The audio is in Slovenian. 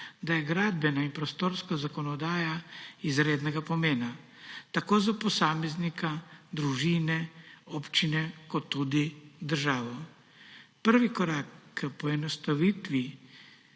da je gradbena in prostorska zakonodaja izrednega pomena tako za posameznika, družine, občine kot tudi za državo. Prvi korak k poenostavitvi